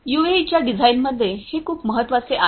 यूएव्हीच्या डिझाइनमध्ये हे खूप महत्वाचे आहे